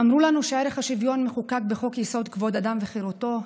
אמרו לנו שערך השוויון מחוקק בחוק-יסוד: כבוד האדם וחירותו,